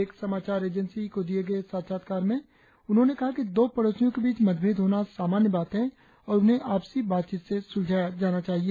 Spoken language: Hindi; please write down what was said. एक समाचार एजेंसी को दिए गए साक्षात्कार में उन्होंने कहा कि दो पडोसियों के बीच मतभेद होना सामान्य बात है और उन्हें आपसी बातचीत से सुलझाया जाना चाहिए